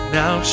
now